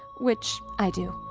which, i do.